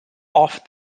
off